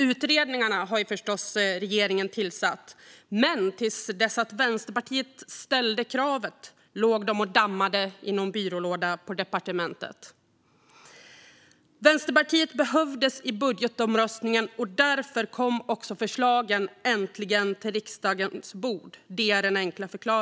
Utredningarna har förstås regeringen tillsatt, men till dess att Vänsterpartiet ställde kravet låg de och dammade i någon byrålåda på departementet. Vänsterpartiet behövdes i budgetomröstningen, och därför kom också förslagen äntligen till riksdagens bord. Det är